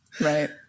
Right